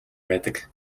байдаг